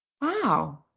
Wow